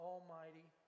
Almighty